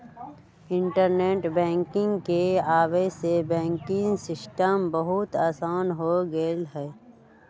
internet banking के आवे से बैंकिंग सिस्टम बहुत आसान हो गेलई ह